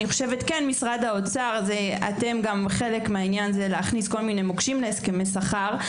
חושבת שמשרד האוצר חלק מהעניין הזה ומכניס כל מיני מוקשים להסכם שכר.